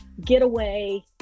getaway